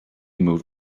moved